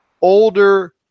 older